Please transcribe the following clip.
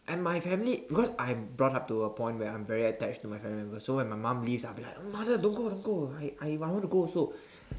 and my family because I brought up to a point where I very attached to my family members so when my mum leaves I was like mother don't go don't go I I I want to go also